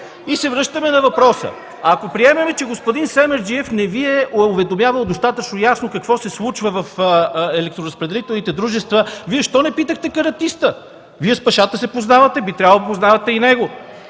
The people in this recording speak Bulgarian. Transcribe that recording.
Връщаме се на въпроса. Ако приемем, че господин Семерджиев не Ви е уведомявал достатъчно ясно какво се случва в електроразпределителните дружества, Вие защо не питахте Каратиста? Вие с Пашата се познавате, би трябвало да познавате и него?